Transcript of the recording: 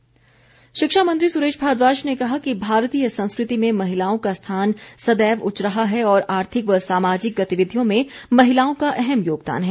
भारद्वाज शिक्षा मंत्री सुरेश भारद्वाज ने कहा कि भारतीय संस्कृति में महिलाओं का स्थान सदैव उच्च रहा है और आर्थिक व सामाजिक गतिविधियों में महिलाओं का अहम योगदान है